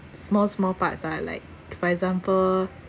small small parts lah like for example